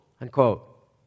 unquote